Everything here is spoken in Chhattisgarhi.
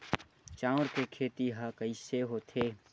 चांउर के खेती ह कइसे होथे?